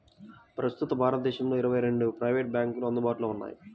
ప్రస్తుతం భారతదేశంలో ఇరవై రెండు ప్రైవేట్ బ్యాంకులు అందుబాటులో ఉన్నాయి